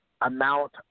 amount